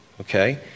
Okay